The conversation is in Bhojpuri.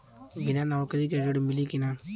बिना नौकरी के ऋण मिली कि ना?